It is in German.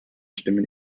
stimmen